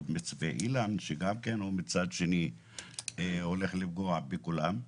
בשם מצפה אילן שמצדו השני הולך לפגוע בכולם.